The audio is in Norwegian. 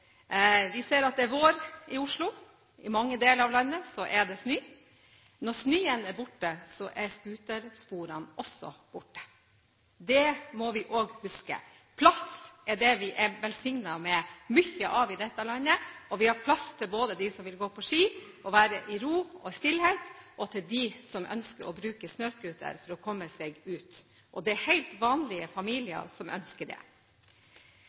vi ser at det er vår i Oslo: I mange deler av landet er det snø. Når snøen er borte, er også scootersporene borte. Det må vi huske. Plass er dét vi er velsignet med mye av i dette landet, og vi har plass til både dem som vil gå på ski og være i ro og ha stillhet, og dem som ønsker å bruke snøscooter for å komme seg ut. Og det er helt vanlige familier som ønsker det.